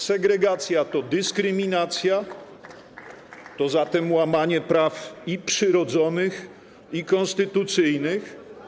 Segregacja to dyskryminacja, zatem to łamanie praw i przyrodzonych, i konstytucyjnych.